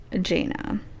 Jaina